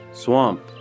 swamp